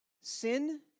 Sin